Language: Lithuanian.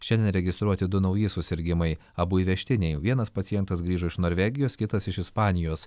šiandien registruoti du nauji susirgimai abu įvežtiniai vienas pacientas grįžo iš norvegijos kitas iš ispanijos